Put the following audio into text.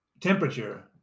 temperature